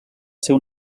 seu